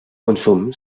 consum